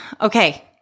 Okay